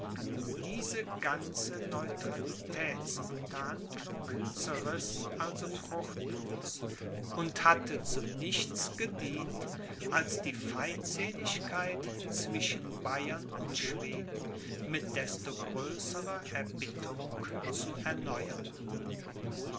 diese ganze neutralitätsunterhandlung zerriß also fruchtlos und hatte zu nichts gedient als die feindseligkeit zwischen bayern und schweden mit desto größrer erbitterung zu erneuern